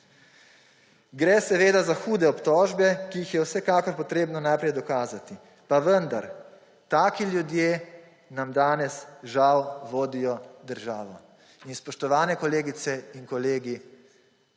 Gre seveda za hude obtožbe, ki jih je vsekakor potrebno najprej dokazati, pa vendar, taki ljudje nam danes, žal, vodijo državo. Spoštovani kolegice in kolegi,